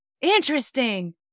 Interesting